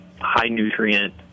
high-nutrient